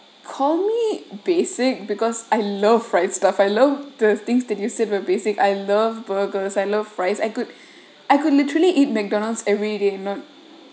call me basic because I love fried stuff I love the things that you said were basic I love burgers I love fries I could I could literally eat mcdonald's everyday